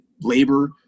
labor